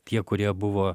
tie kurie buvo